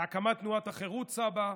להקמת תנועת החרות סבא,